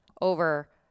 over